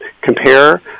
compare